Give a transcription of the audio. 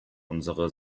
unsere